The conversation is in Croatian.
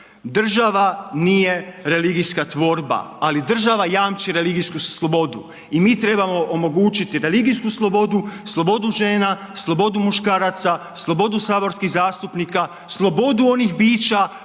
Država nije religijska tvorba, ali država jamči religijsku slobodu i mi trebamo omogućiti religijsku slobodu, slobodu žena, slobodu muškaraca, slobodu saborskih zastupnika, slobodu onih bića